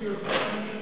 החוקים ביוזמת הממשלה?